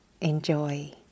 Enjoy